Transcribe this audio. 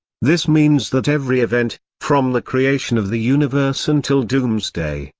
this means that every event, from the creation of the universe until doomsday,